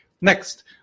Next